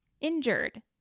injured